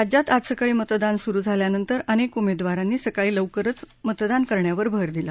राज्यात आज सकाळी मतदान सुरू झाल्यानंतर अनेक उमेदवारांनी सकाळी लवकरच मतदान करण्यावर भर दिला